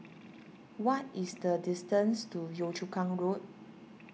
what is the distance to Yio Chu Kang Road